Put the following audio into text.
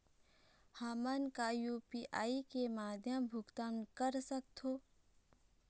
हमन का यू.पी.आई के माध्यम भुगतान कर सकथों?